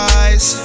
eyes